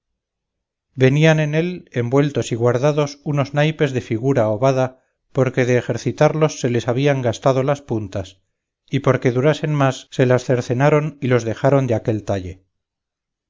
venían en él envueltos y guardados unos naipes de figura ovada porque de ejercitarlos se les habían gastado las puntas y porque durasen más se las cercenaron y los dejaron de aquel talle